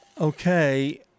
Okay